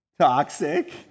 Toxic